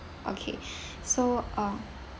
okay so uh